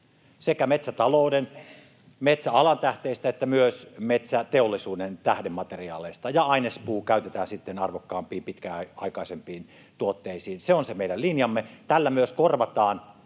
sekä metsätalouden, metsäalan tähteistä että myös metsäteollisuuden tähdemateriaaleista, ja ainespuu käytetään sitten arvokkaampiin pitkäaikaisempiin tuotteisiin. Se on meidän linjamme. Tällä myös korvataan